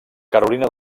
carolina